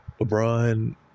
LeBron